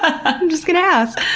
ah i'm just gonna ask.